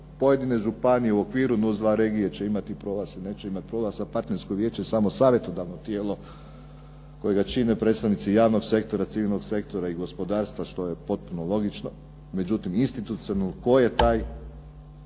pojedine županije u okviru NUC 2 regije će imati prolaz ili neće imati prolaz, a partnersko vijeće je samo savjetodavno tijelo kojega čine predstavnici javnog sektora, civilnog sektora i gospodarstva što je potpuno logično, međutim, institucionalno tko je taj,